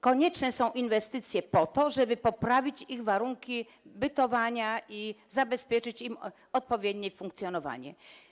Konieczne są inwestycje po to, żeby poprawić ich warunki bytowania i zabezpieczyć im odpowiednie funkcjonowanie.